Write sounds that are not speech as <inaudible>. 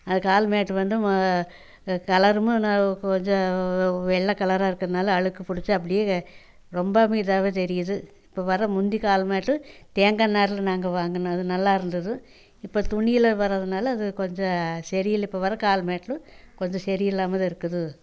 அது கால் மேட் வந்து கலரும் <unintelligible> கொஞ்சம் ஒரு வெள்ளக்கலராக இருக்கிறதுனால அழுக்கு பிடிச்சி அப்படியே ரொம்பவுமே இதாகவே தெரியுது இப்போ வர முந்தி கால் மேட் தேங்காய் நாரில் நாங்கள் வாங்கினோம் அது நல்லாயிருந்துது இப்போ துணியில வரதனால அது கொஞ்சம் சரியில்ல இப்போ வர கால் மேட் கொஞ்சம் சரியில்லாம தான் இருக்குது